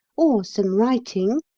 or some writing.